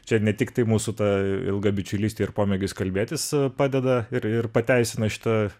čia ne tiktai mūsų ta ilga bičiulystė ir pomėgis kalbėtis padeda ir ir pateisina šitą